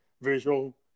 visual